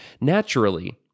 Naturally